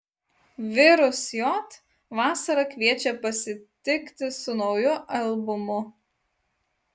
virus j vasarą kviečia pasitikti su nauju albumu